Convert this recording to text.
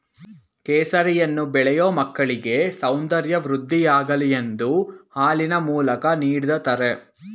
ಕೇಸರಿಯನ್ನು ಬೆಳೆಯೂ ಮಕ್ಕಳಿಗೆ ಸೌಂದರ್ಯ ವೃದ್ಧಿಯಾಗಲಿ ಎಂದು ಹಾಲಿನ ಮೂಲಕ ನೀಡ್ದತರೆ